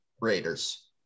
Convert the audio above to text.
Raiders